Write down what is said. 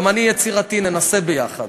גם אני יצירתי, ננסה יחד.